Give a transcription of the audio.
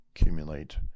accumulate